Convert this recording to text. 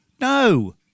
No